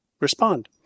respond